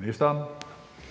Skriftlig